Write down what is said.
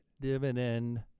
dividend